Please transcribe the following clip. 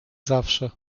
zawsze